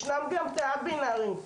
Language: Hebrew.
בנוסף, ישנם גם להט"בים נערים,